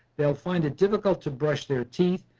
they find it difficult to brush their teeth,